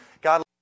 God